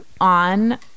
on